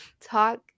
talk